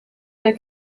der